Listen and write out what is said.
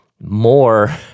more